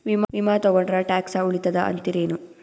ವಿಮಾ ತೊಗೊಂಡ್ರ ಟ್ಯಾಕ್ಸ ಉಳಿತದ ಅಂತಿರೇನು?